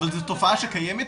אבל זו תופעה שקיימת,